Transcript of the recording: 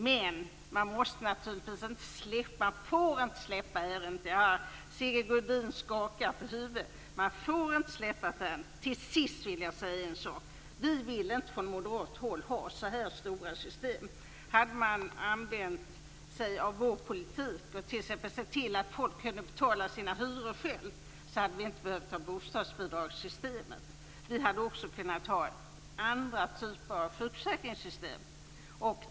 Men man får naturligtvis inte - Sigge Godin skakar på huvudet - släppa på sekretessen. Till sist vill jag säga en sak: Vi moderater vill inte ha så här stora system. Hade man tillämpat vår politik och sett till att människor hade kunnat betala sina hyror själva, hade vi inte behövt bostadsbidragssystemet. Man kunde också ha haft andra typer av sjukförsäkringssystem.